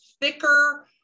thicker